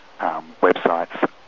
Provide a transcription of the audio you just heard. websites